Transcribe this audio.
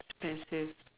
expensive